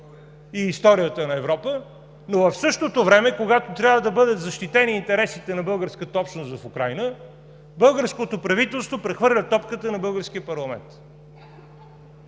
…и историята на Европа, но в същото време, когато трябва да бъдат защитени интересите на българската общност в Украйна, българското правителство прехвърля топката на българския парламент.